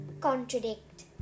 Contradict